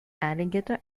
alligator